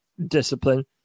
discipline